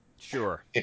Sure